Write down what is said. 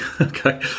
Okay